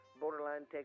borderline